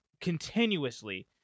continuously